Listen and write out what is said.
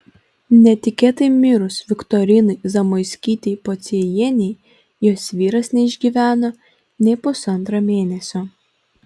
netikėtai mirus viktorinai zamoiskytei pociejienei jos vyras neišgyveno nė pusantro mėnesio